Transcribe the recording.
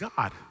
God